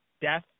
death